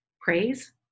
praise